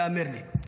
ייאמר לי.